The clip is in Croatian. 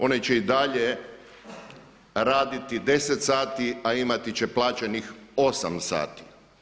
One će i dalje raditi 10 sati a imati će plaćenih 8 sati.